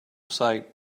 sight